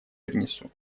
принесу